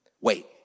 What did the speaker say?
wait